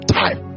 time